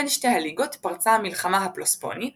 בין שתי הליגות פרצה המלחמה הפלופונסית